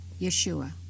Yeshua